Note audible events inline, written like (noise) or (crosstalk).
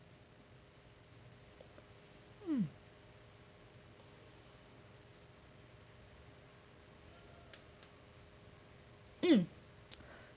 mm mm (breath)